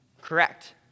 Correct